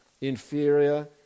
inferior